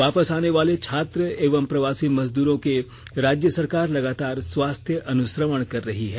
वापस आने वाले छात्र एवं प्रवासी मजदूरों के राज्य सरकार लगातार स्वास्थ्य अनुश्रवण कर रही है